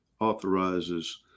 authorizes